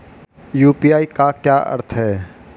UPI का क्या अर्थ है?